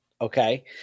Okay